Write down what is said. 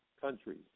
countries